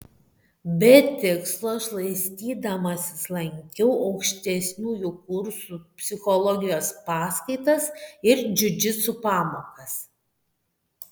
be tikslo šlaistydamasis lankiau aukštesniųjų kursų psichologijos paskaitas ir džiudžitsu pamokas